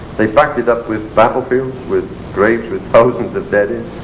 they back it up with battlefields, with graves with thousands of dead in,